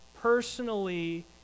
personally